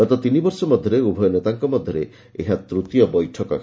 ଗତ ତିନି ବର୍ଷ ମଧ୍ୟରେ ଉଭୟ ନେତାଙ୍କ ମଧ୍ୟରେ ଏହା ତୃତୀୟ ବୈଠକ ହେବ